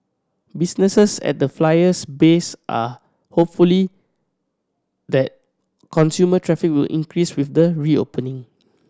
businesses at the Flyer's base are hopefully that customer traffic will increase with the reopening